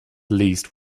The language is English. least